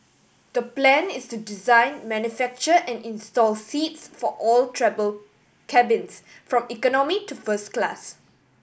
the plan is to design manufacture and install seats for all travel cabins from economy to first class